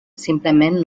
simplement